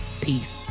Peace